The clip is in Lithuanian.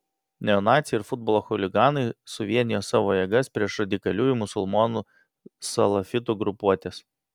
neonaciai ir futbolo chuliganai suvienijo savo jėgas prieš radikaliųjų musulmonų salafitų grupuotes